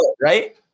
Right